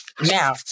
Now